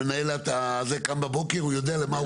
המנהל קם בבוקר והוא יודע למה הוא רוצה.